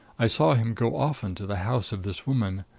i saw him go often to the house of this woman.